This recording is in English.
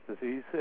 disease